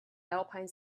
alpine